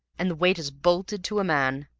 and the waiters bolted to a man.